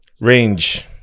Range